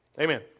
Amen